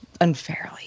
unfairly